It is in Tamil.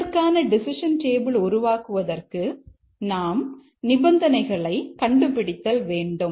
இதற்கான டெசிஷன் டேபிள் உருவாக்குவதற்கு நாம் நிபந்தனைகளை கண்டுபிடித்தல் வேண்டும்